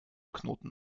knoten